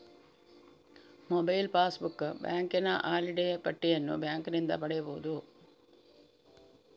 mobile passbook, ಬ್ಯಾಂಕಿನ holiday ಪಟ್ಟಿಯನ್ನು ಬ್ಯಾಂಕಿನಿಂದ ಪಡೆಯಬಹುದು